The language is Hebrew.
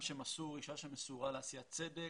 אישה שמסורה לעשיית צדק.